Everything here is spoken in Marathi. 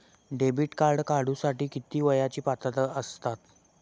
डेबिट कार्ड काढूसाठी किती वयाची पात्रता असतात?